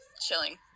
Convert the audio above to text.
chilling